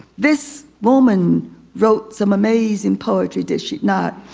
this woman wrote some amazing poetry, did she not?